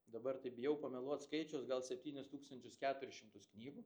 dabar tai bijau pameluot skaičiaus gal septynis tūkstančius keturis šimtus knygų